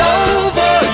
over